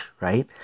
right